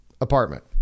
apartment